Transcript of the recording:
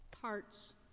Parts